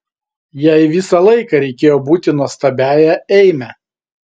jai visą laiką reikėjo būti nuostabiąja eime